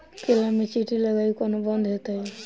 केला मे चींटी लगनाइ कोना बंद हेतइ?